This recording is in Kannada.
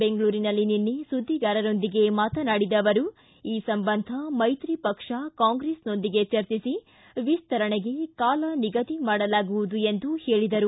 ಬೆಂಗಳೂರಿನಲ್ಲಿ ನಿನ್ನೆ ಸುದ್ದಿಗಾರರೊಂದಿಗೆ ಮಾತನಾಡಿದ ಅವರು ಈ ಸಂಬಂಧ ಮೈತ್ರಿ ಪಕ್ಷ ಕಾಂಗ್ರೆಸ್ನೊಂದಿಗೆ ಚರ್ಚಿಸಿ ವಿಸ್ತರಣೆಗೆ ಕಾಲ ನಿಗದಿ ಮಾಡಲಾಗುವುದು ಎಂದು ಹೇಳಿದರು